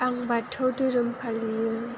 आं बाथौ धोरोम फालियो